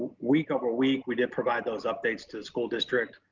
week over week, we did provide those updates to the school district,